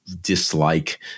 dislike